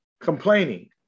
Complaining